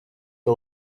que